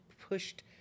pushed